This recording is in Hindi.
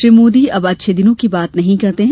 श्री मोदी अब अच्छे दिनों की बात नहीं करते है